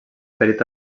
ferit